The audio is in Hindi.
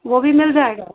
वो भी मिल जाएगा